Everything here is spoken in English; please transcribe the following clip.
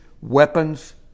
weapons